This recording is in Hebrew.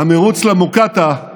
"המרוץ למוקטעה",